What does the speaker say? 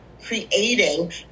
creating